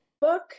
book